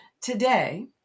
today